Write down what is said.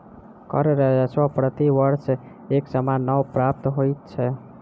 कर राजस्व प्रति वर्ष एक समान नै प्राप्त होइत छै